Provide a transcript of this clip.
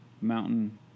Mountain